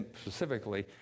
specifically